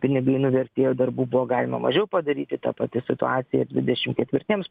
pinigai nuvertėjo darbų buvo galima mažiau padaryti ta pati situacija ir dvidešim ketvirtiems